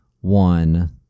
one